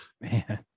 Man